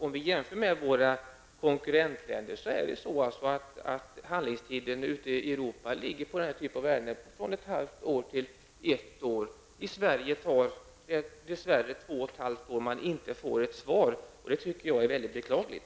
Om vi jämför med våra konkurrentländer kan det ändå konstateras att handläggningstiden i Europa för denna typ av ärenden ligger på ett halvt år till ett år. I Sverige tar det dess värre två och ett halvt år utan att man får ett svar. Det anser jag är mycket beklagligt.